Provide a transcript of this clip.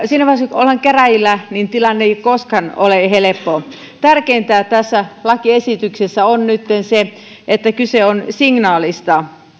siinä vaiheessa kun ollaan käräjillä tilanne ei koskaan ole helppo tärkeintä tässä lakiesityksessä on nytten se että kyse on signaalista